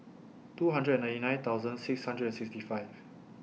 two hundred and ninety nine thousand six hundred and sixty five